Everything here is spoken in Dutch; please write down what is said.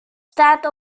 staat